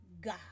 God